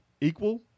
equal